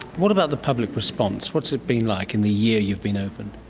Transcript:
what about the public response? what's it been like in the year you've been opened?